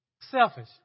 selfish